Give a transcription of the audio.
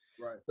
right